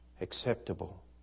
acceptable